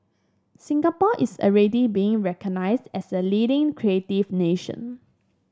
Singapore is already being recognised as a leading creative nation